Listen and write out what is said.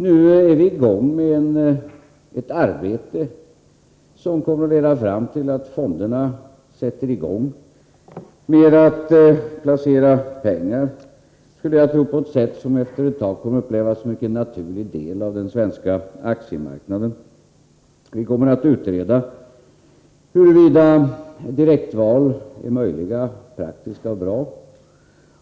Nu är vi i gång med ett arbete, som kommer att leda fram till att fonderna sätts i gång, med att placera pengar på ett sätt som jag skulle tro efter ett tag kommer att upplevas som en mycket naturlig del av den svenska aktiemarknaden. Vi kommer att utreda huruvida direktval är möjliga, praktiska och bra